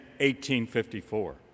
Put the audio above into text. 1854